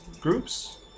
Groups